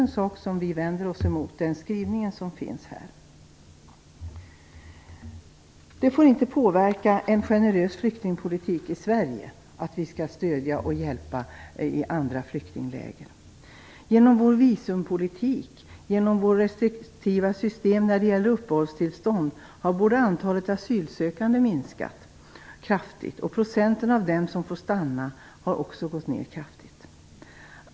Vi vänder oss alltså också emot den skrivning som finns i betänkandet om detta. Det får inte påverka en generös flyktingpolitik i Sverige att vi skall stödja och hjälpa andra flyktingläger. Genom vår visumpolitik och genom vårt restriktiva system när det gäller uppehållstillstånd har både antalet asylsökande och andelen av dem som får stanna minskat kraftigt.